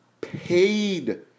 paid